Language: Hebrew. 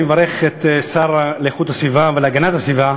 אני מברך את השר לאיכות הסביבה ולהגנת הסביבה